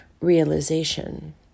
realization